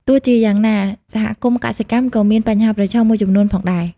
ទោះជាយ៉ាងណា សហគមន៍កសិកម្មក៏មាន បញ្ហាប្រឈម មួយចំនួនផងដែរ។